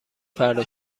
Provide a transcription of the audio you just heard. فردا